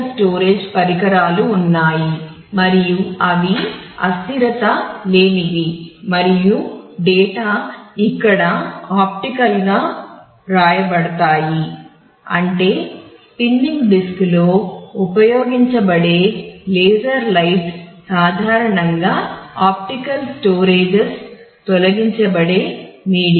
juke box systems తొలగించబడే media